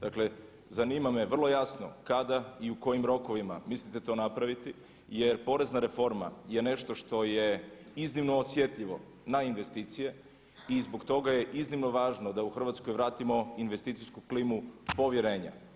Dakle, zanima me vrlo jasno kada i u kojim rokovima mislite to napraviti jer porezna reforma je nešto što je iznimno osjetljivo na investicije i zbog toga je iznimno važno da u Hrvatskoj vratimo investicijsku klimu povjerenja.